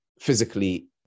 physically